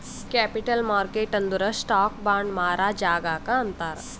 capital market ಅಂದುರ್ stock, bond ಮಾರಾ ಜಾಗಾಕ್ ಅಂತಾರ್